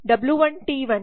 W 1 T 1